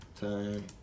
time